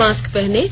mask पहनें